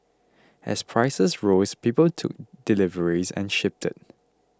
as prices rose people took deliveries and shipped it